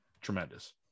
tremendous